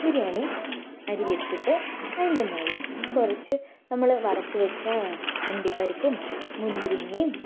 ബിരിയാണി അരി ഇട്ടിട്ട് അതിൻ്റെ മുകളിൽ കുറച്ച് നമ്മൾ വറുത്ത് വെച്ച അണ്ടിപ്പരിപ്പും മുന്തിരിങ്ങയും